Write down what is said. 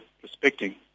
prospecting